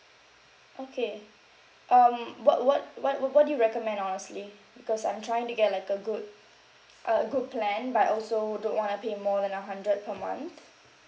okay um what what what what what do you recommend honestly because I'm trying to get like a good uh a good plan but also don't want to pay more than a hundred per month